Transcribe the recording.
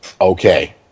okay